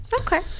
Okay